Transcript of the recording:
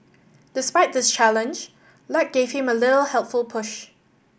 despite this challenge luck gave him a little helpful push